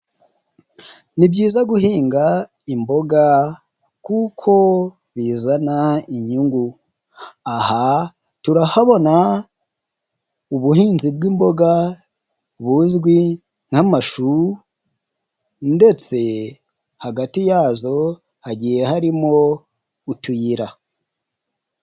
Ni byiza guhinga imboga kuko bizana inyungu, aha turahabona ubuhinzi bw'imboga buzwi nk'amashu ndetse hagati yazo hagiye harimo utuyira.